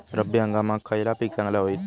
रब्बी हंगामाक खयला पीक चांगला होईत?